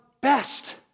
best